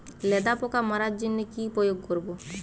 লেদা পোকা মারার জন্য কি প্রয়োগ করব?